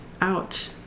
ouch